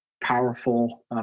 powerful